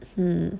hmm